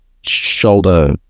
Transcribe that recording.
shoulder